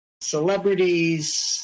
celebrities